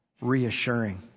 reassuring